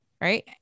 Right